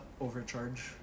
overcharge